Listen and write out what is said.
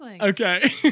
Okay